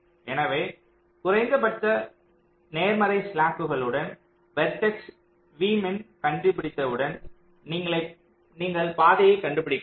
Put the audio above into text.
எனவே குறைந்தபட்ச நேர்மறை ஸ்லாக் உடன் வெர்டெக்ஸ் v min கண்டுபிடித்தவுடன் நீங்கள் பாதையை கண்டுபிடிக்கலாம்